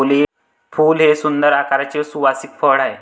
फूल हे सुंदर आकाराचे सुवासिक फळ आहे